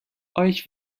euch